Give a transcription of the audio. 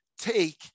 take